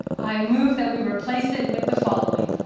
i move that we replace it with the following.